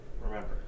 Remember